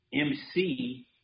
MC